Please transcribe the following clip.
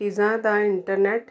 ਚੀਜ਼ਾਂ ਦਾ ਇੰਟਰਨੈਟ